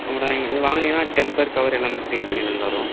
ஆமாண்ணே இது வாங்குனிங்கன்னால் டெம்பர் கவர் எல்லாமே ஃப்ரீயாக பண்ணித்தந்துடுறோம்